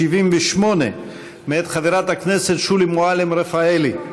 578, מאת חברת הכנסת שולי מועלם-רפאלי.